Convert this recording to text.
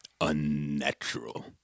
unnatural